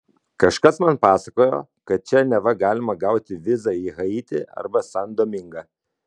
kažkas man pasakojo kad čia neva galima gauti vizą į haitį arba san domingą